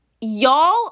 y'all